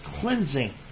cleansing